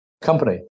company